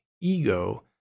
ego